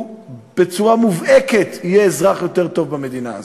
הוא בצורה מובהקת יהיה אזרח יותר טוב במדינה הזאת.